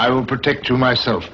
i will protect you myself